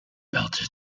partie